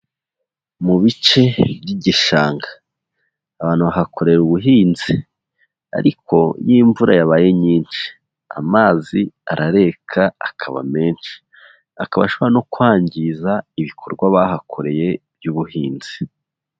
Mu bice by'igishanga abantu bahakorera ubuhinzi, ariko iyo imvura yabaye nyinshi, amazi arareka akaba menshi, akaba ashobora no kwangiza ibikorwa bahakoreye by'ubuhinzi.